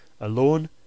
alone